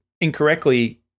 incorrectly